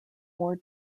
war